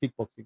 kickboxing